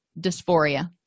dysphoria